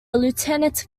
lieutenant